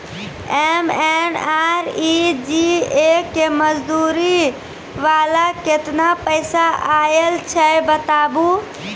MNREGA के मज़दूरी वाला केतना पैसा आयल छै बताबू?